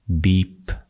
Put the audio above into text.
beep